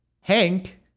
Hank